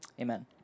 Amen